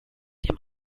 dem